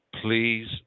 please